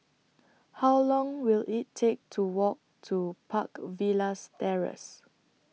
How Long Will IT Take to Walk to Park Villas Terrace